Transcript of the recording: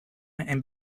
and